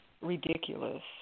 ridiculous